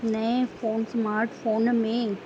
नए phone smart phone में